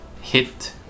hit